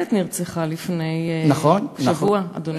גם גננת נרצחה לפני שבוע, אדוני.